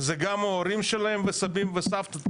זה גם ההורים שלהם וסבים וסבתות,